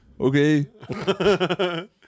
Okay